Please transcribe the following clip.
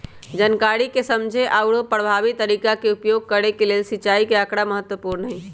जनकारी के समझे आउरो परभावी तरीका के उपयोग करे के लेल सिंचाई के आकड़ा महत्पूर्ण हई